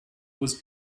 was